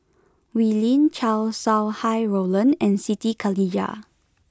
Wee Lin Chow Sau Hai Roland and Siti Khalijah